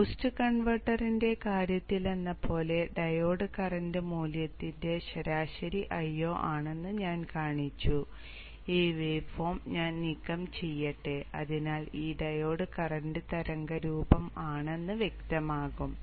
boost കൺവെർട്ടറിന്റെ കാര്യത്തിലെന്നപോലെ diode current മൂല്യത്തിന്റെ ശരാശരി Io ആണെന്ന് ഞാൻ കാണിച്ചു ഈ വേവ് ഫോം ഞാൻ നീക്കം ചെയ്യട്ടെ അതിനാൽ ഇത് ഡയോഡ് കറന്റ് തരംഗ രൂപം ആണെന്ന് വ്യക്തമാകും